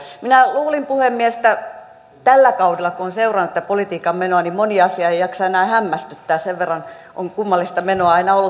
minä luulin puhemies että tällä kaudella kun olen seurannut tätä politiikan menoa moni asia ei jaksa enää hämmästyttää sen verran on kummallista menoa aina ollut